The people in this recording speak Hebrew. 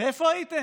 ואיפה הייתם?